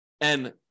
and-